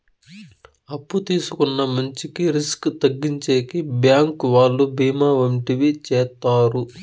అప్పు తీసుకున్న మంచికి రిస్క్ తగ్గించేకి బ్యాంకు వాళ్ళు బీమా వంటివి చేత్తారు